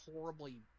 horribly